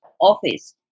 office